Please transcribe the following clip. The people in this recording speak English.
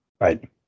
Right